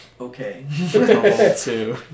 Okay